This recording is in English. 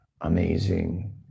amazing